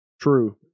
True